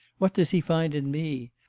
what does he find in me?